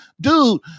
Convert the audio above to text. dude